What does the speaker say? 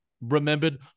remembered